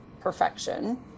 perfection